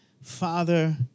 Father